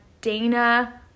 Dana